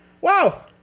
Wow